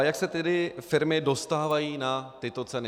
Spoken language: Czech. Jak se tedy firmy dostávají na tyto ceny?